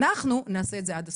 אנחנו נעשה את זה עד הסוף,